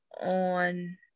on